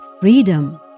freedom